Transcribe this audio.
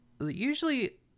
usually